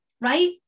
right